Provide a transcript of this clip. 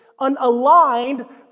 unaligned